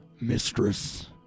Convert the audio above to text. mistress